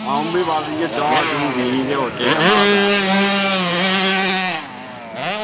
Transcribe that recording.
आं भी इयै चाह् पीनी होर केह् करना असें